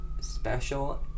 special